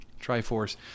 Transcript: triforce